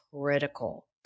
critical